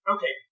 Okay